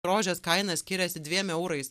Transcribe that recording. rožės kaina skiriasi dviem eurais